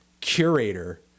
curator